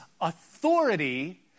authority